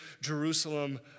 Jerusalem